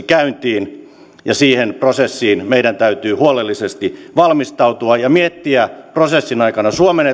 käyntiin ja siihen prosessiin meidän täytyy huolellisesti valmistautua ja miettiä prosessin aikana suomen